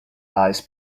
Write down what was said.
eyes